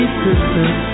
sisters